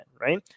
right